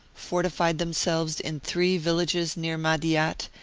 fortified them selves in three villages near madiat,